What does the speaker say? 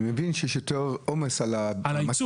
אני מבין שיש יותר עומס על המדפיס.